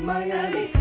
Miami